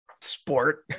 Sport